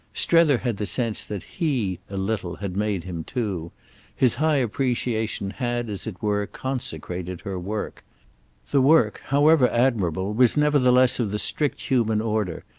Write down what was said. strether had the sense that he, a little, had made him too his high appreciation had as it were, consecrated her work the work, however admirable, was nevertheless of the strict human order,